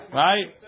right